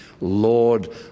Lord